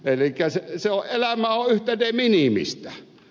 elikkä elämä on yhtä de minimistä